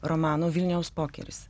romanų vilniaus pokeris